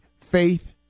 Faith